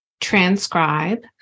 transcribe